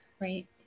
Right